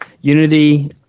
Unity